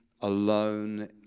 alone